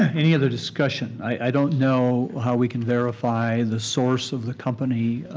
any other discussion? i don't know how we can verify the source of the company